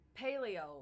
paleo